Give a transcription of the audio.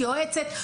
יועצת,